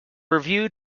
review